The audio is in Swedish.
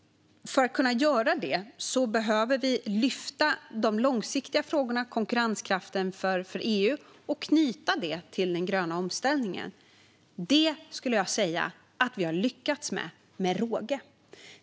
För att kunna göra det behöver vi lyfta fram de långsiktiga frågorna och konkurrenskraften för EU och knyta dem till den gröna omställningen. Det skulle jag säga att vi med råge har lyckats med.